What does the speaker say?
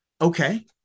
Okay